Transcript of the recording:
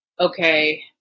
okay